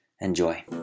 Enjoy